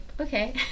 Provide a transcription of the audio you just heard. Okay